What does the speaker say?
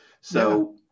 So-